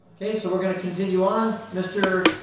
okay, so we're going to continue on. mr.